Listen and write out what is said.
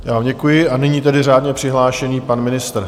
Já vám děkuji a nyní tedy řádně přihlášený pan ministr.